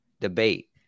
debate